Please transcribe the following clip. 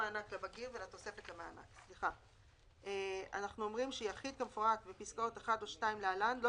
מענק ליחיד כאמור בפסקה זו ישולם עד שבעה ימים לאחר המועד האחרון"